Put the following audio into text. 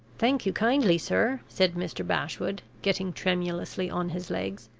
thank you kindly, sir, said mr. bashwood, getting tremulously on his legs.